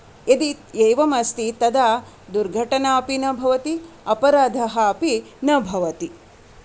यदि एवम् अस्ति तदा दुर्घटना अपि न भवति अपराधः अपि न भवति